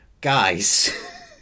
guys